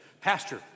pastor